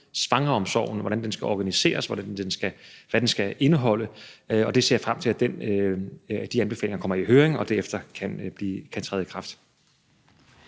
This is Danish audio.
hvordan den skal organiseres, og hvad den skal indeholde. Og jeg ser frem til, at de anbefalinger kommer i høring og derefter kan træde i kraft.